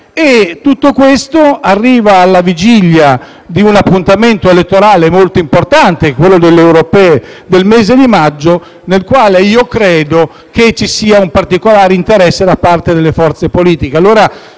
Tutto questo arriva alla vigilia di un appuntamento elettorale molto importante, quello delle elezioni europee del mese di maggio, per il quale credo ci sia un particolare interesse da parte delle forze politiche.